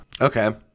Okay